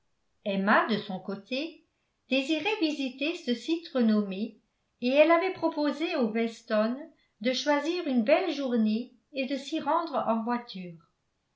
emma de son côté désirait visiter ce site renommé et elle avait proposé aux weston de choisir une belle journée et de s'y rendre en voiture